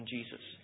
Jesus